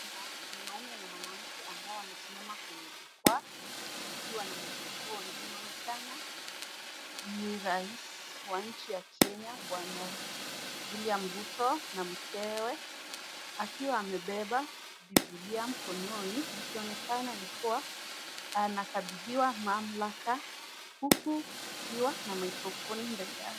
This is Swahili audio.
Kuna mwanamume na mwanamke ambao wamesimama kwenye jukwaa wakiwa na microphone . Inaonekana ni rais wa nchi ya Kenya, Bwana William Ruto na mkewe, akiwa amebeba Bibilia mkononi, ikionekana alikuwa anakabidhiwa mamlaka, huku kukiwa na microphone mbele yake.